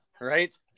Right